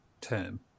term